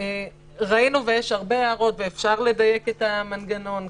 ראינו, ויש הרבה הערות ואפשר לדייק את המנגנון.